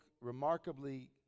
remarkably